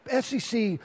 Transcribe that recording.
SEC